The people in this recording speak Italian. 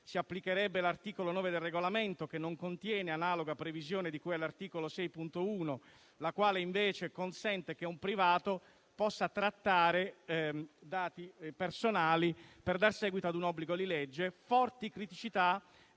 (si applicherebbe l'articolo 9 del regolamento che non contiene analoga previsione di cui all'articolo 6, comma 1, la quale invece consente che un privato possa trattare dati personali per dar seguito a un obbligo di legge),